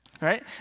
right